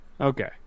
Okay